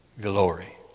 glory